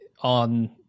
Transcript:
on